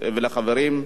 ולחברים,